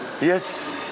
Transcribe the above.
Yes